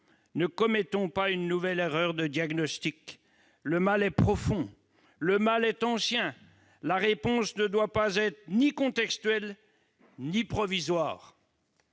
Ne commettons pas une nouvelle erreur de diagnostic : le mal est profond, le mal est ancien. La réponse ne doit être ni contextuelle ni provisoire,